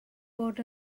bod